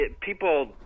People